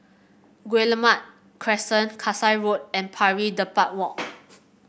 Guillemard Crescent Kasai Road and Pari Dedap Walk